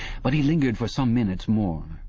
but he lingered for some minutes more,